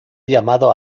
llamado